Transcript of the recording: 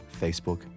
Facebook